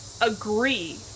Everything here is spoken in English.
agree